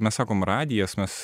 mes sakom radijas mes